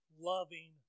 loving